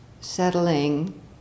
settling